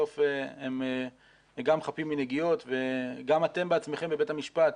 בסוף הם גם חפים מנגיעות וגם אתם בעצמכם בבית המשפט,